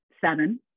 seven